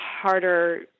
harder